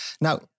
Now